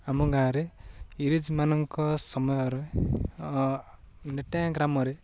ଆମ ଗାଁରେ ଇଂରେଜମାନଙ୍କ ସମୟର ନେଟେଙ୍ଗା ଗ୍ରାମରେ